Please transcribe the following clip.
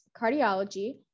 cardiology